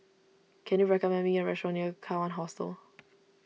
can you recommend me a restaurant near Kawan Hostel